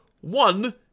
one